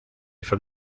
from